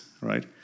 Right